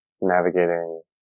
navigating